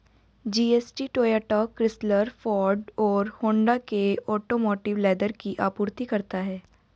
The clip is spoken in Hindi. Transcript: जी.एस.टी टोयोटा, क्रिसलर, फोर्ड और होंडा के ऑटोमोटिव लेदर की आपूर्ति करता है